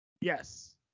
Yes